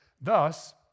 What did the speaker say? Thus